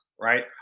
right